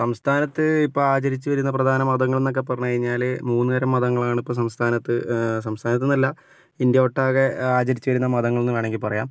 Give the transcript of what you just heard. സംസ്ഥാനത്ത് ഇപ്പോൾ ആചരിച്ചു വരുന്ന പ്രധാന മതങ്ങൾ എന്നൊക്കെ പറഞ്ഞ് കഴിഞ്ഞാൽ മൂന്ന് തരം മതങ്ങളാണ് ഇപ്പോൾ സംസ്ഥാനത്ത് സംസ്ഥാനത്ത് എന്നല്ല ഇന്ത്യ ഒട്ടാകെ ആചരിച്ചു വരുന്ന മതങ്ങളെന്ന് വേണമെങ്കിൽ പറയാം